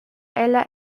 ella